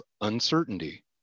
uncertainty